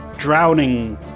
Drowning